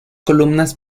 columnas